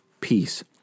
peace